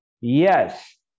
Yes